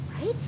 Right